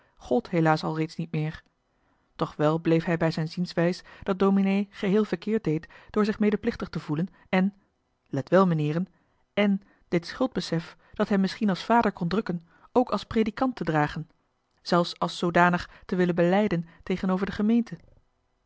al reeds niet meer doch wel bleef hij bij zijn zienswijs dat dominee geheel verkeerd deed door zich medeplichtig te voelen èn let wel meneeren èn dit schuldbesef dat hem misschien als vader kon drukken ook als predikant te dragen zelfs als zoodanig te willen belijden tegenover de gemeente